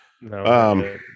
No